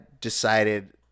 decided